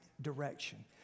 direction